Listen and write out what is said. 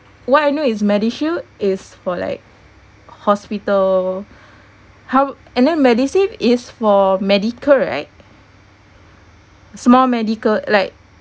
what I know is medishield is for like hospital how and then medisave is for medical right small medical like